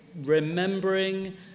remembering